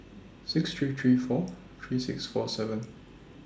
six three three four three six four seven